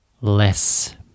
less